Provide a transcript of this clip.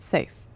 Safe